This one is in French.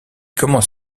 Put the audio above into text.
commence